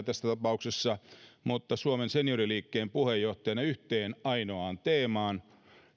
tässä tapauksessa sekä kansanedustajana että suomen senioriliikkeen puheenjohtajana yhteen ainoaan teemaan